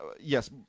yes